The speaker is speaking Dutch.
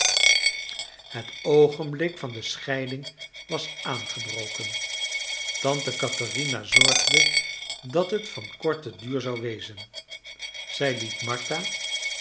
het oogenblik van scheiding was aangebroken tante katherina zorgde dat het van korten duur zou wezen zij liet martha